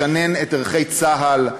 לשנן את ערכי צה"ל,